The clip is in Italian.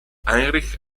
heinrich